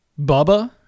Bubba